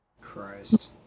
Christ